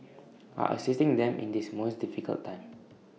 are assisting them in this most difficult time